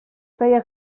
feia